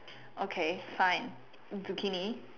okay fine zucchini